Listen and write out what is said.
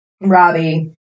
Robbie